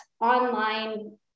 online